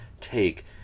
take